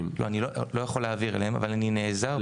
-- אני לא יכול להעביר אליהם אבל אני נעזר בהם.